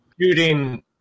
shooting